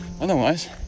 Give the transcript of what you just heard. Otherwise